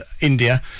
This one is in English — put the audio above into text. India